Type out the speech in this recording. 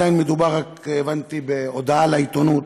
הבנתי שעדיין מדובר רק בהודעה לעיתונות,